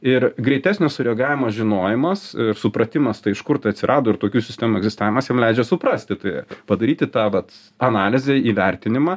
ir greitesnis sureguliavimas žinojimas supratimas tai iš kur tai atsirado ir tokių sistemų egzistavimas jiem leidžia suprasti tai padaryti tą vat analizę įvertinimą